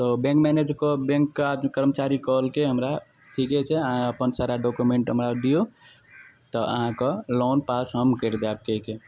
तऽ bank manager बैँकके कर्मचारी कहलकै हमरा ठिके छै अहाँ अपन सारा डॉक्युमेन्ट हमरा दिऔ तऽ अहाँके लोन पास हम करि देब कहिके